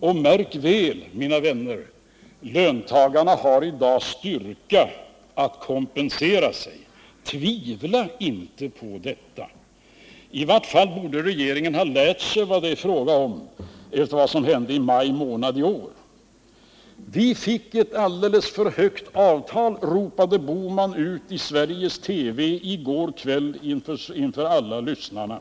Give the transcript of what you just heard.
Och märk väl, mina vänner: löntagarna har i dag styrka att kompensera sig. Tvivla inte på detta! I vart fall borde regeringen ha lärt sig vad det är fråga om, efter vad som hände i maj månad i år. ”Vi fick ett alldeles för högt avtal” , ropade Gösta Bohman ut i Sveriges TV i går kväll inför alla lyssnarna.